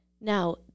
Now